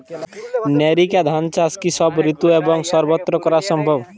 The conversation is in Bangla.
নেরিকা ধান চাষ কি সব ঋতু এবং সবত্র করা সম্ভব?